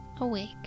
awake